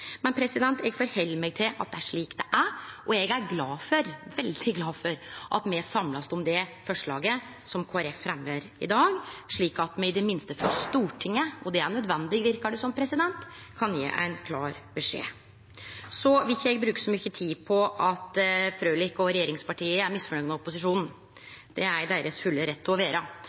Men eg held meg til at det er slik det er. Og eg er veldig glad for at me er samla om det forslaget som Kristeleg Folkeparti fremjar i dag, slik at me i det minste frå Stortinget – og det er nødvendig, verkar det som – kan gje ein klar beskjed. Eg vil ikkje bruke så mykje tid på at Frølich og regjeringspartia er misfornøgde med opposisjonen. Det er deira fulle rett å